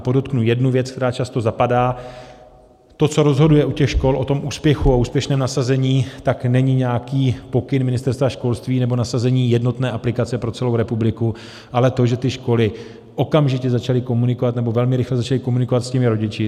A podotknu jednu věc, která často zapadá: To, co rozhoduje u těch škol o tom úspěchu a úspěšném nasazení, není nějaký pokyn Ministerstva školství nebo nasazení jednotné aplikace pro celou republiku, ale to, že ty školy okamžitě začaly komunikovat, nebo velmi rychle začaly komunikovat s rodiči.